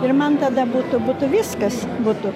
ir man tada būtų būtų viskas būtų